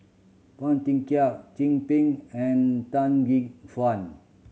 Phua Thin Kiay Chin Peng and Tan Gek Suan